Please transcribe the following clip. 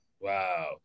Wow